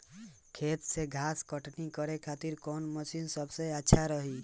खेत से घास कटनी करे खातिर कौन मशीन सबसे अच्छा रही?